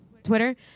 Twitter